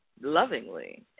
lovingly